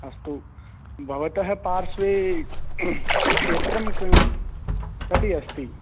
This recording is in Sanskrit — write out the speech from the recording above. अस्तु भवतः पार्श्वे क्षेत्रं कति अस्ति